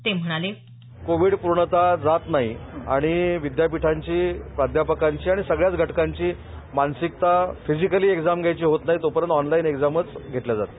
ते म्हणाले कोविड प्रर्णतः जात नाही आणि विद्यापीठांचे प्राध्यापकांचे आणि सगळ्याच घटकांची मानसिकता फिजीकली एक्झाम द्यायची होत नाही तोपर्यंत ऑनलाईन एक्झामच घेतल्या जातील